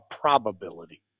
probability